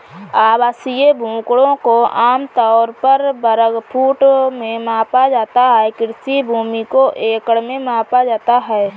आवासीय भूखंडों को आम तौर पर वर्ग फुट में मापा जाता है, कृषि भूमि को एकड़ में मापा जाता है